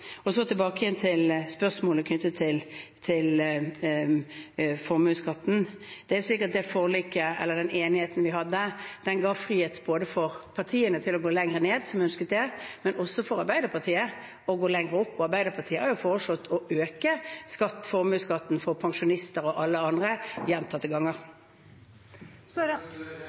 Så tilbake igjen til spørsmålet knyttet til formuesskatten. Det forliket eller den enigheten vi hadde, ga frihet for partiene til å gå lenger ned hvis man ønsket det, men også for Arbeiderpartiet til å gå lenger opp, og Arbeiderpartiet har jo foreslått å øke formuesskatten for pensjonister og alle andre gjentatte ganger. Jonas Gahr Støre – til oppfølgingsspørsmål. Den debatten skal vi nok fortsette å ha. Vi står